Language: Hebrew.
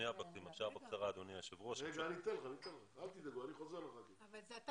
אל תדאגו, אני חוזר לחברי הכנסת.